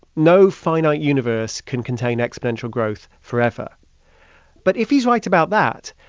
no finite universe can contain exponential growth forever but if he's right about that,